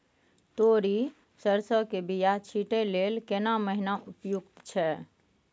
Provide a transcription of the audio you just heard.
तोरी, सरसो के बीया छींटै लेल केना महीना उपयुक्त छै?